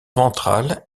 ventrale